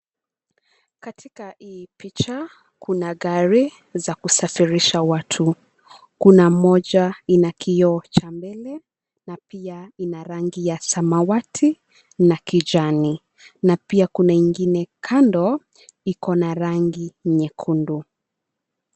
Katika hii picha kuna gari za kusafirisha watu. Kuna moja ina kioo cha mbele na pia ina rangi ya samawati na kijani. Na pia kuna ingine kando ikona rangi nyekundu.